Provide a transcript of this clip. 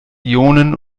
ionen